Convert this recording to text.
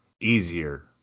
easier